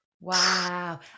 Wow